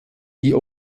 die